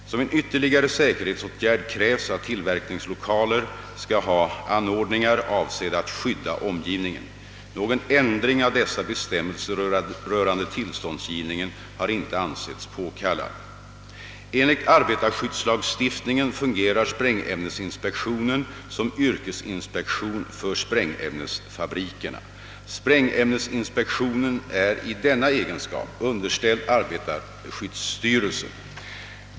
Som en ytterligare säkerhetsåtgärd krävs att tillverkningslokaler skall ha anordningar avsedda att skydda omgivningen. Någon ändring av dessa bestämmelser rörande tillståndsgivningen har inte ansetts påkallad. Enligt arbetarskyddslagstiftningen fungerar sprängämnesinspektionen som yrkesinspektion för sprängämnesfabrikerna. Sprängämnesinspektionen är i denna egenskap underställd arbetarskyddsstyrelsen.